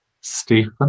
Stephen